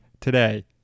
today